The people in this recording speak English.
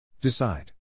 Decide